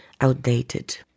outdated